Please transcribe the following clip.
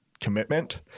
commitment